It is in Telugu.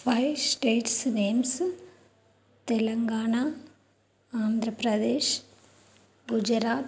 five states names Telangana Andhra Pradesh Gujarat